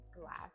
glass